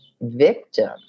victim